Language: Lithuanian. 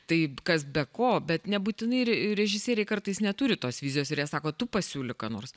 taip kas be ko bet nebūtinai režisieriai kartais neturi tos vizijos ir sako tu pasiūlyk ką nors